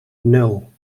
nul